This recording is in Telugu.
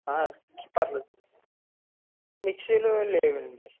ఆ పర్లేదు మిక్సీలు లేవండి